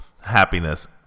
happiness